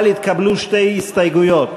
אבל התקבלו שתי הסתייגויות.